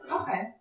Okay